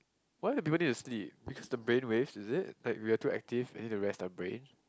why do people need to sleep because the brainwave is it like we are too active and need to rest the brain